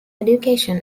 education